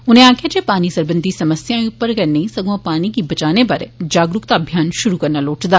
उनें आक्खेआ जे पानी सरबंधी समस्याएं उप्पर गै नई सगुआं पानी गी बचाने बारै जागरूकता अभियान शुरू करना लोड़चदा